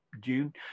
June